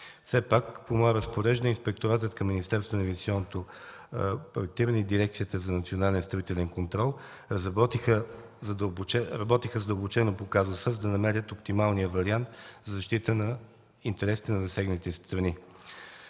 Все пак по мое разпореждане инспекторатът към Министерството на инвестиционното проектиране и Дирекцията за национален строителен контрол работиха задълбочено по казуса, за да намерят оптималния вариант за защита на интересите на засегнатите страни.